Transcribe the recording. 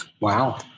Wow